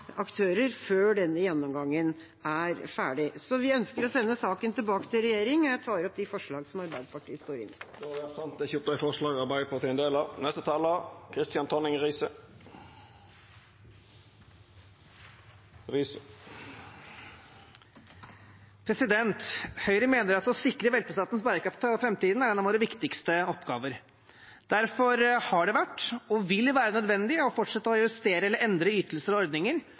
aktører, før denne gjennomgangen er ferdig. Så vi ønsker å sende saken tilbake til regjeringa. Jeg tar opp de forslag som Arbeiderpartiet står inne i. Då har representanten Lise Christoffersen teke opp dei forslaga ho refererte til. Høyre mener at å sikre velferdsstatens bærekraft for framtiden er en av våre viktigste oppgaver. Derfor har det vært – og vil være – nødvendig å fortsette å justere eller endre ytelser og